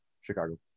Chicago